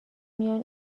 میان